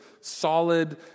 solid